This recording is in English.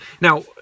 now